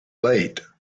late